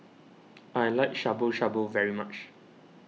I like Shabu Shabu very much